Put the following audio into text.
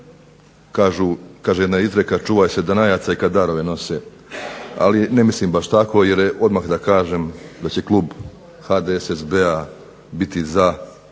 Kaže jedna izreka "čuvaj se danajaca i kada darove nose" ali ne mislim baš tako jer odmah da kažem da će Klub HDSSB-a biti za